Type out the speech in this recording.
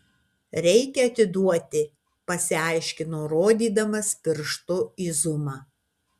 reikia atiduoti pasiaiškino rodydamas pirštu į zumą